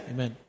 Amen